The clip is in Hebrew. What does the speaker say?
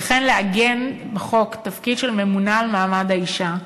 וכן לעגן בחוק תפקיד של ממונה על מעמד האישה,